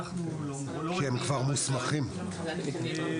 אנחנו לא רואים את זה עין בעין.